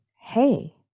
hey